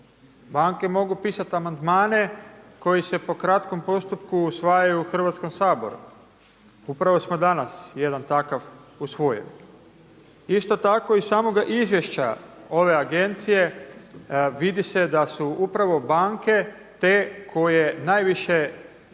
Banke mogu pisat amandmane koji se po kratkom postupku usvajaju u Hrvatskom saboru. Upravo smo danas jedan takav usvojili. Isto tako iz samoga izvješća ove agencije vidi se da su upravo banke te koje najviše transferiraju